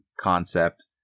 concept